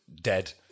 dead